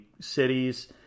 cities